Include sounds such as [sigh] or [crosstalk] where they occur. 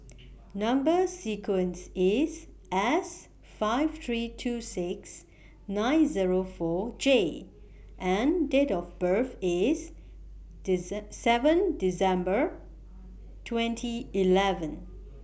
Number sequence IS S five three two six nine Zero four J and Date of birth IS [unintelligible] seven December twenty eleven